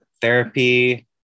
therapy